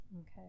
Okay